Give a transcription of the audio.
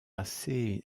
assez